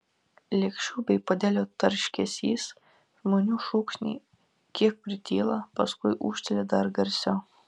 lėkščių bei puodelių tarškesys žmonių šūksniai kiek prityla paskui ūžteli dar garsiau